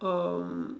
um